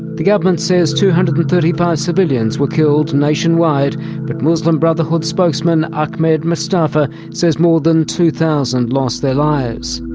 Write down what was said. the government says two hundred and thirty five civilians were killed nationwide, but the muslim brotherhood spokesman ahmed mustafa says more than two thousand lost their lives.